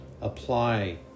Apply